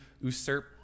usurp